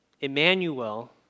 Emmanuel